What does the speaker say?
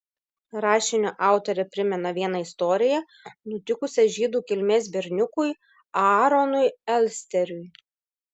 rašinio autorė primena vieną istoriją nutikusią žydų kilmės berniukui aaronui elsteriui